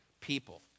people